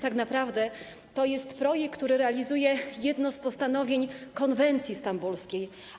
Tak naprawdę to jest projekt, który realizuje jedno z postanowień konwencji stambulskiej.